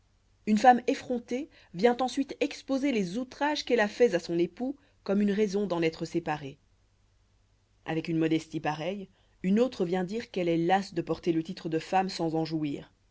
une femme effrontée vient ensuite exposer les outrages qu'elle a faits à son époux comme une raison d'en être séparée avec une modestie pareille une autre vient dire qu'elle est lasse de porter le titre de femme sans en jouir